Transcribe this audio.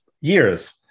years